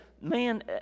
man